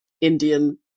indian